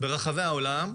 ברחבי העולם,